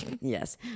Yes